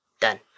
Done